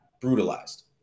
brutalized